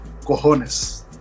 cojones